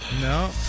No